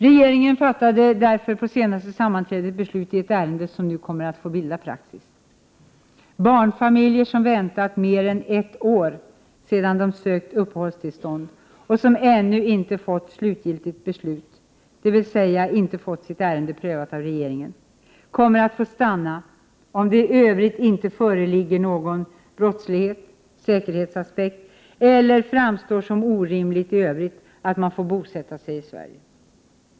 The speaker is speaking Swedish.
Regeringen fattade därför på det senaste sammanträdet beslut i ett ärende som nu kommer att få bilda praxis. Barnfamiljer som väntat mer än ett år sedan de sökt uppehållstillstånd och som ännu inte fått slutligt beslut, dvs. inte fått sitt ärende prövat av regeringen, kommer att få stanna, om det i Övrigt inte föreligger någon brottslighet, säkerhetsaspekt eller framstår som orimligt att man får bosätta sig i Sverige.